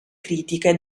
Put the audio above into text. critiche